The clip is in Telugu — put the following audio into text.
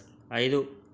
ఐదు